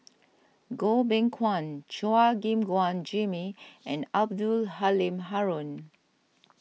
Goh Beng Kwan Chua Gim Guan Jimmy and Abdul Halim Haron